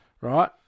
Right